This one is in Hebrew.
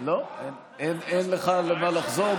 אין לך למה לחזור,